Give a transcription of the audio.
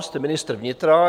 Jste ministr vnitra.